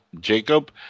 Jacob